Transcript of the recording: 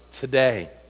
today